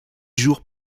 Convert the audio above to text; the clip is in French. jours